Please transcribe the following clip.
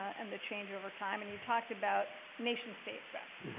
and the change over time, and you talked about nation-state threats.